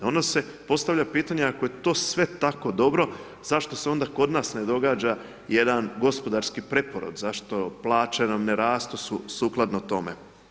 Onda se postavlja pitanje ako je to sve tako dobro, zašto se onda kod nas ne događa jedan gospodarski preporod, zašto plaće nam ne rastu sukladno tome?